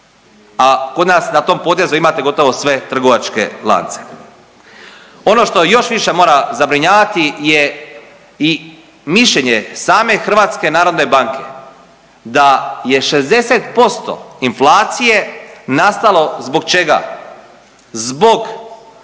a kod nas na tom potezu imate gotovo sve trgovačke lance. Ono što još više mora zabrinjavati je i mišljenje same HNB-a da je 60% inflacije nastalo zbog čega? Zbog